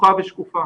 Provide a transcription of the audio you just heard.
פתוחה ושקופה